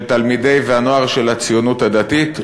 של התלמידים והנוער של הציונות הדתית,